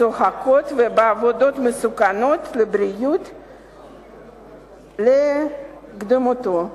שוחקות ובעבודות מסוכנות לבריאות לקדמותו: